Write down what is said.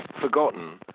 forgotten